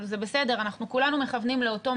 זה בסדר, אנחנו כולנו מכוונים לאותו מקום.